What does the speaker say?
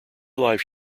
live